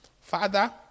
Father